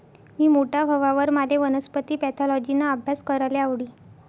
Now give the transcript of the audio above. मी मोठा व्हवावर माले वनस्पती पॅथॉलॉजिना आभ्यास कराले आवडी